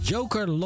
Joker